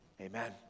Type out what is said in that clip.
Amen